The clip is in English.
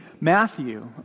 Matthew